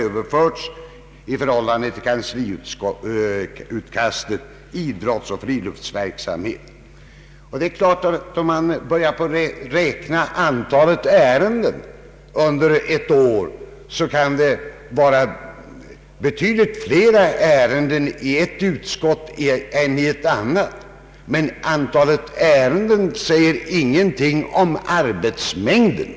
sats till kansliutkastet — har överförts idrottsoch friluftsverksamhet. Skulle man börja räkna antalet ärenden under ett år, skulle man finna att vissa utskott har betydligt flera ärenden än andra. Men antalet ärenden säger ingenting om arbetsmängden.